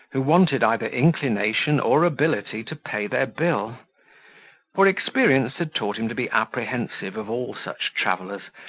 who wanted either inclination or ability to pay their bill for experience had taught him to be apprehensive of all such travellers,